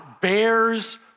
bears